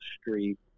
Street